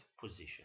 position